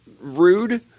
rude